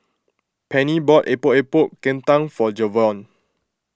Penni bought Epok Epok Kentang for Javion